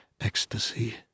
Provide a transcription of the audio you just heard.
ecstasy